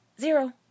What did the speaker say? Zero